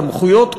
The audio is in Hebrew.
סמכויות כוח,